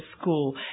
school